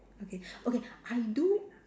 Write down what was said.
okay okay I do